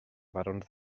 barons